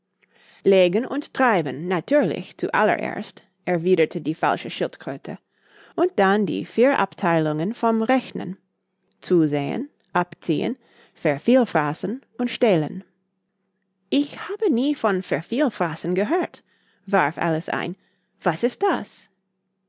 legen und treiben natürlich zu allererst erwiederte die falsche schildkröte und dann die vier abtheilungen vom rechnen zusehen abziehen vervielfraßen und stehlen ich habe nie von vervielfraßen gehört warf alice ein was ist das